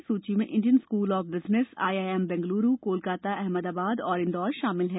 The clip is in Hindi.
इस सूची में Indian school of business IIM Bengaluru Kolkata Ahmedabad और इंदौर शामिल हैं